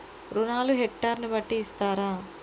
రుణాలు హెక్టర్ ని బట్టి ఇస్తారా?